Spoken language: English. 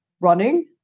running